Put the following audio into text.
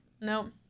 No